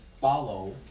follow